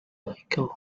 michael